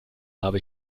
habe